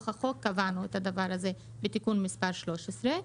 קבענו כבר את הדבר הזה בתוך החוק, בתיקון מס' 13,